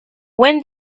when